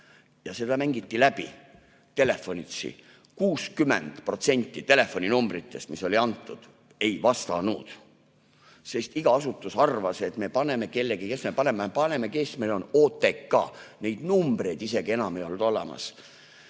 Seda mängiti läbi telefonitsi. 60% telefoninumbritest, mis oli antud, ei vastanud, sest iga asutus arvas, et me paneme kellegi. Kelle me paneme? Kes meil on? Paneme OTK. Neid numbreid isegi enam ei olnud olemas.